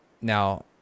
Now